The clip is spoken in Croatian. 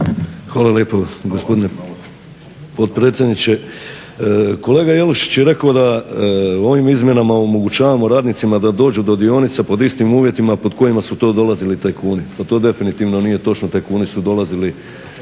Hvala lijepo gospodine potpredsjedniče. Kolega Jelušić je rekao da ovim izmjenama omogućavamo radnicima da dođu do dionica pod istim uvjetima pod kojima su to dolazili tajkuni. Pa to definitivno nije točno. Tajkuni su dolazili